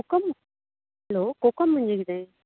kokum hello kokum म्हणजे कितें